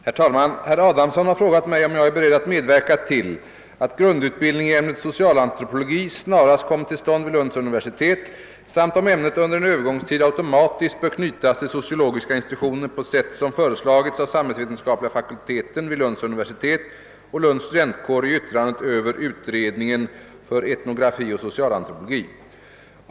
Herr talman! Herr Adamsson har frågat mig om jag är beredd att medverka till att grundutbildning i ämnet socialantropologi snarast kommer till stånd vid Lunds universitet samt om ämnet under en övergångstid automatiskt bör knytas till sociologiska institutionen på sätt som föreslagits av samhällsvetenskapliga fakulteten vid Lunds universitet och Lunds studentkår i yttrande över »Utredningen för etnografi och socialantropologi«.